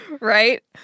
Right